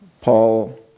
Paul